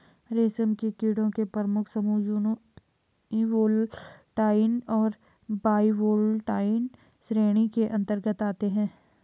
रेशम के कीड़ों के प्रमुख समूह यूनिवोल्टाइन और बाइवोल्टाइन श्रेणियों के अंतर्गत आते हैं